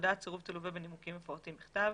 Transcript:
הודעת סירוב תלווה בנימוקים מפורטים בכתב.